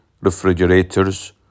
refrigerators